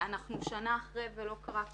אנחנו שנה אחרי ולא קרה כלום.